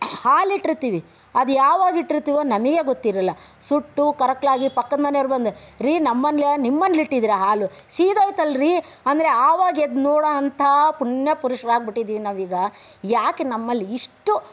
ಹಾಲಿಟ್ಟಿರ್ತೀವಿ ಅದ್ಯಾವಾಗಿಟ್ಟಿರ್ತೀವೋ ನಮಗೆ ಗೊತ್ತಿರಲ್ಲ ಸುಟ್ಟು ಕರಕಲಾಗಿ ಪಕ್ಕದ ಮನೆಯವ್ರು ಬಂದು ರೀ ನಮ್ಮನ್ನ ನಿಮ್ಮನೇಲಿ ಇಟ್ಟಿದ್ದೀರಾ ಹಾಲು ಸೀದೋಯ್ತಲ್ರಿ ಅಂದರೆ ಆವಾಗ ಎದ್ದು ನೋಡೋವಂಥ ಪುಣ್ಯ ಪುರುಷರಾಗ್ಬಿಟ್ಟಿದ್ದೀವಿ ನಾವೀಗ ಯಾಕೆ ನಮ್ಮಲ್ಲಿಷ್ಟು